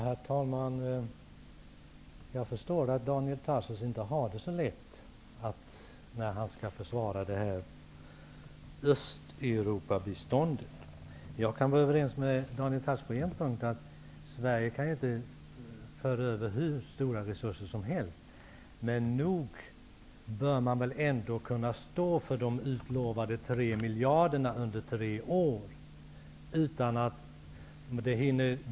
Herr talman! Jag förstår att Daniel Tarschys inte har det så lätt när han skall försvara Östeuropabiståndet. Jag kan vara överens med Daniel Tarschys på en punkt, att Sverige inte kan föra över hur stora resurser som helst. Men nog bör man ändå kunna stå för de utlovade 3 miljarderna under tre år.